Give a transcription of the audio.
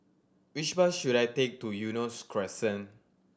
which bus should I take to Eunos Crescent